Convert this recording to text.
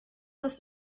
ist